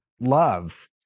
love